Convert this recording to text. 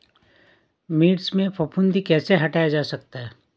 मिर्च में फफूंदी कैसे हटाया जा सकता है?